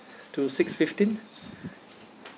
to six fifteen